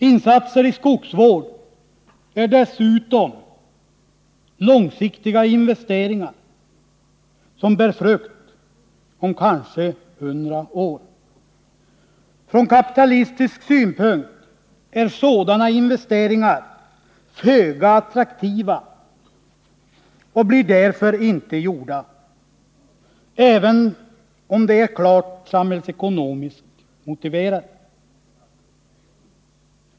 Insatser i skogsvård är dessutom långsiktiga investeringar, som bär frukt efter kanske hundra år. Från kapitalistisk synpunkt är sådana investeringar föga attraktiva och blir därför inte gjorda, även om de är klart samhällsekonomiskt motiverade.